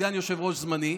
סגן יושב-ראש זמני,